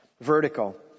Vertical